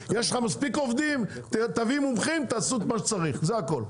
יש לך מספיק עובדים תביא מומחים תעשו את מה שצריך זה הכל,